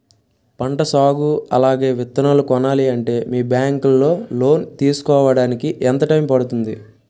పంట సాగు అలాగే విత్తనాలు కొనాలి అంటే మీ బ్యాంక్ లో లోన్ తీసుకోడానికి ఎంత టైం పడుతుంది?